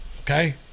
Okay